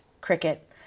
Cricket